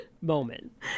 moment